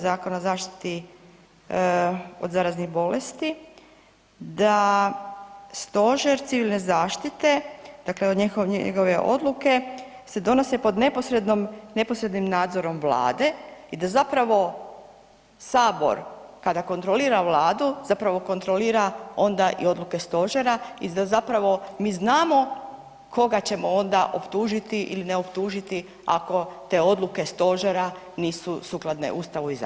Zakona o zaštiti od zaraznih bolesti da Stožer civilne zaštite, dakle njegove odluke se donose pod neposrednom, neposrednim nadzorom vlade i da zapravo sabor kada kontrolira vladu zapravo kontrolira onda i odluke stožera i da zapravo mi znamo koga ćemo onda optužiti ili ne optužiti ako te odluke stožera nisu sukladne ustavu i zakonu?